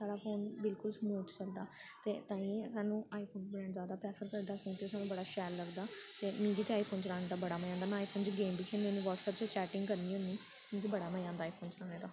साढ़ा फोन बिलकुल स्मूथ चलदा ते ताइयें सानूं आई फोन बड़ा जादा प्रैफर करदा क्योंकि ओह् सानूं शैल लगदा ते मिगी ते आई फोन चलाने दा बड़ा मज़ा आंदा में आई फोन च गेम बी खेलनी होन्नी ब्हटसऐप च चैटिंग करनी होन्नी मिगी बड़ा मज़ा आंदा आई फोन चलाने दा